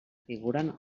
figuren